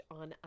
on